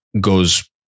goes